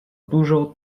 dużo